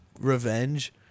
revenge